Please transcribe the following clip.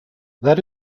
that